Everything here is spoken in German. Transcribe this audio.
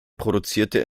produzierte